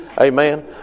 Amen